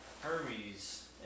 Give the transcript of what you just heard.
Hermes